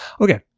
Okay